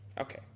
Okay